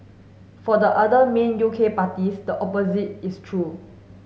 for the other main U K parties the opposite is true